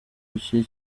iki